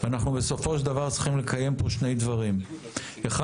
אנחנו בסופו של דבר צריכים לקיים פה שני דברים: אחד,